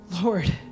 Lord